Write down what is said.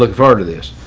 look forward to this.